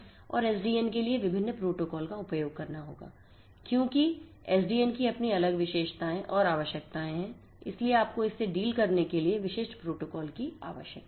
और एसडीएन के लिए विभिन्न प्रोटोकॉल का उपयोग करना होगा क्योंकि एसडीएन की अपनी अलग विशेषताएं और आवश्यकताएं हैं इसलिए आपको इससे डील करने के लिए विशिष्ट प्रोटोकॉल की आवश्यकता है